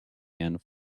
and